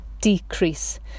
decrease